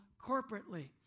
corporately